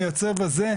מייצר וזה,